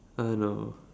uh no